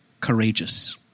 courageous